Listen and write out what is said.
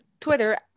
twitter